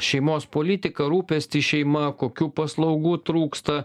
šeimos politiką rūpestį šeima kokių paslaugų trūksta